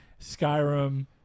Skyrim